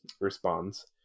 responds